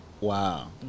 Wow